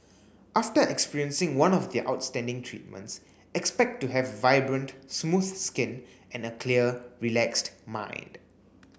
after experiencing one of their outstanding treatments expect to have vibrant smooth skin and a clear relaxed mind